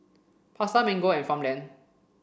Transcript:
Pasar Mango and Farmland